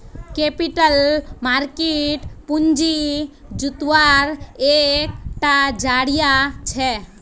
capital market पूँजी जुत्वार एक टा ज़रिया छे